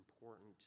important